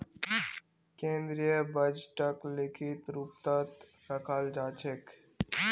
केन्द्रीय बजटक लिखित रूपतत रखाल जा छेक